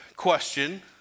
question